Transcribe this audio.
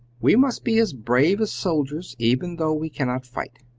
we must be as brave as soldiers, even though we cannot fight.